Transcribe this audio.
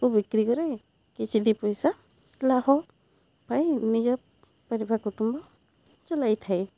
ତାକୁ ବିକ୍ରି କରେ କିଛି ଦୁଇ ପଇସା ଲାଭ ପାଇଁ ନିଜ ପରିବା କୁଟୁମ୍ବ ଚଳାଇ ଥାଏ